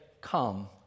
come